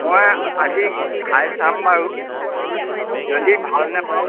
মই আজি খাই চাম বাৰু যদি ভাল নাপাওঁ